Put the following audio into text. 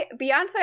Beyonce